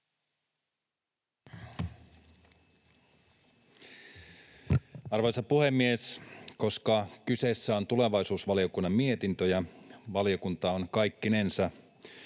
Arvoisa puhemies! Koska kyseessä on tulevaisuusvaliokunnan mietintö ja valiokunta on kaikkinensa